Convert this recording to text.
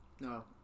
No